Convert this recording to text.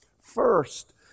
First